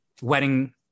wedding